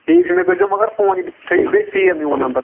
ٹھیٖک چھُ مےٚ کٔرزیو مگر فون تھٲیِو بیٚیہِ سیو میون نمبر